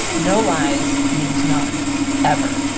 no lies means none ever,